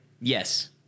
Yes